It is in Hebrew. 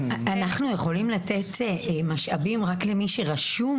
אנחנו יכולים לתת משאבים רק למי שרשום